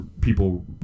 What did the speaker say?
people